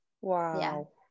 Wow